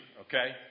okay